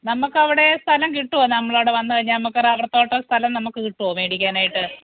നമ്മള്ക്കവിടെ സ്ഥലം കിട്ടുമോ നമ്മളവിടെ വന്നുകഴിഞ്ഞാല് നമ്മള്ക്കു റബര്ത്തോട്ട സ്ഥലം നമ്മള്ക്കു കിട്ടുമോ മേടിക്കാനായിട്ട്